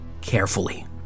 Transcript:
carefully